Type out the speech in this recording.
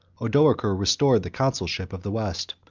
odoacer restored the consulship of the west.